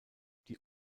die